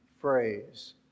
phrase